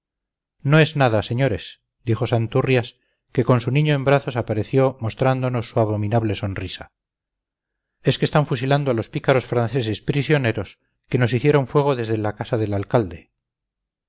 no es nada señores dijo santurrrias que con su niño en brazos apareció mostrándonos su abominable sonrisa es que están fusilando a los pícaros franceses prisioneros que nos hicieron fuego desde la casa del alcalde